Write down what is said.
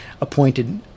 appointed